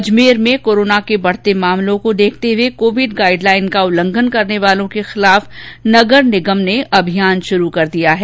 अजमेर में कोरोना के बढ़ते मामलों को देखते हुए गाइड लाइन का उल्लंघन करने वालों के खिलाफ नगर निगम ने अभियान शुरू कर दिया है